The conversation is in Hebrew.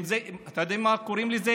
אתם יודעים איך היו קוראים לזה?